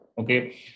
okay